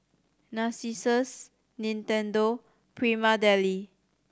Narcissus Nintendo Prima Deli